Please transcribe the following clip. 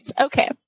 Okay